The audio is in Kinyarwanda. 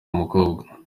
umukobwa